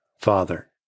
Father